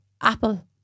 Apple